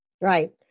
Right